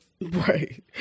Right